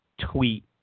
tweet